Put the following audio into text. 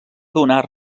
donar